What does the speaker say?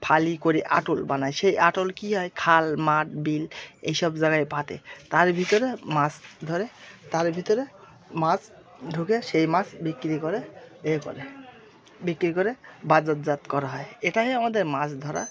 ফালি করে আটল বানায় সেই আটল কী হয় খাল মাঠ বিল এই সব জায়গায় পাতে তার ভিতরে মাছ ধরে তার ভিতরে মাছ ঢুকে সেই মাছ বিক্রি করে এ করে বিক্রি করে বাজারজাত করা হয় এটাই আমাদের মাছ ধরা